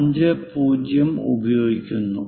50 ഉം ഉപയോഗിക്കുന്നു